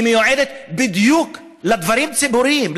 מיועדת בדיוק לדברים ציבוריים,